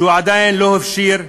כשהוא עדיין לא הפשיר,